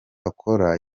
akora